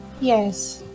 Yes